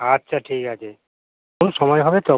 আচ্ছা ঠিক আছে কোন সময় হবে তখন